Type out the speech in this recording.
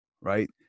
right